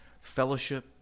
Fellowship